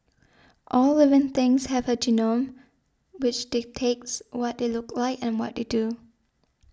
all living things have a genome which dictates what they look like and what they do